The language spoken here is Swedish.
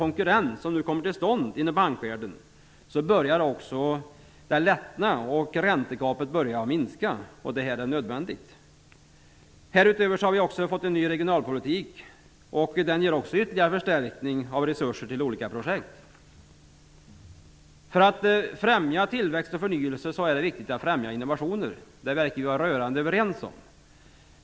Genom den hårdnande konkurrensen inom bankvärlden börjar läget lättna, och räntegapet börjar minska, vilket är nödvändigt. Härutöver har vi också fått en ny regionalpolitik, som också ger ytterligare förstärkning av resurser till olika projekt. För att främja tillväxt och förnyelse är det viktigt att stödja innovationer. Det verkar vi vara rörande överens om.